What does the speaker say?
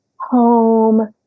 home